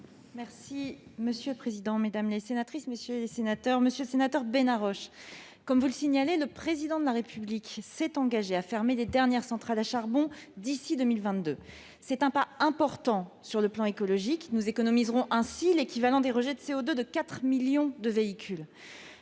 est à Mme la ministre de la transition écologique. Monsieur le sénateur Benarroche, comme vous le signalez, le Président de la République s'est engagé à fermer les dernières centrales à charbon d'ici à 2022. C'est un pas important sur le plan écologique : nous économiserons ainsi l'équivalent des rejets de CO2 de 4 millions de véhicules.